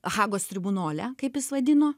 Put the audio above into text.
hagos tribunole kaip jis vadino